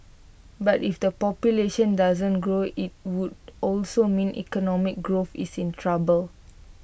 but if the population doesn't grow IT would also mean economic growth is in trouble